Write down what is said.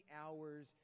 hours